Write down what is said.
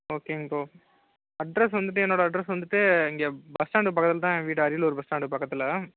ஓகேங்க bro address வந்துவிட்டு என்னோட அட்ரெஸ் வந்துவிட்டு இங்கே பஸ் ஸ்டாண்டு பக்கத்தில் தான் ஏ வீடு அரியலூர் பஸ் ஸ்டாண்டு பக்கத்தில்